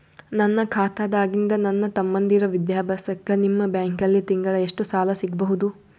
ನನ್ನ ಖಾತಾದಾಗಿಂದ ನನ್ನ ತಮ್ಮಂದಿರ ವಿದ್ಯಾಭ್ಯಾಸಕ್ಕ ನಿಮ್ಮ ಬ್ಯಾಂಕಲ್ಲಿ ತಿಂಗಳ ಎಷ್ಟು ಸಾಲ ಸಿಗಬಹುದು?